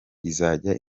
izajya